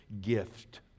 gift